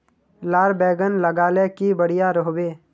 लार बैगन लगाले की बढ़िया रोहबे?